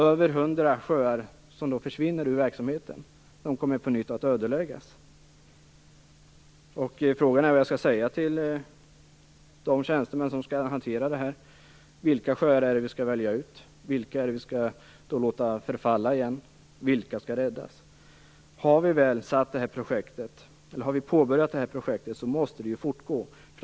Över 100 sjöar försvinner alltså ur verksamheten, och kommer att på nytt ödeläggas. Frågan är vad jag skall säga till de tjänstemän som skall hantera det här: Vilka sjöar skall vi välja ut? Vilka skall vi låta förfalla igen? Vilka skall räddas? Har vi väl påbörjat detta projekt måste det fortgå.